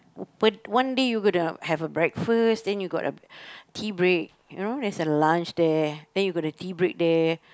open one day you're going to to have breakfast then you got a tea break you know there's a lunch there then you got the tea break there